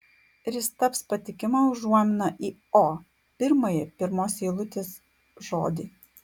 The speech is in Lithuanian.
ir jis taps patikima užuomina į o pirmąjį pirmos eilutės žodį